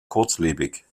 kurzlebig